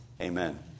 Amen